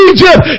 Egypt